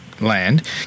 land